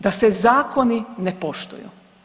Da se zakoni ne poštuju.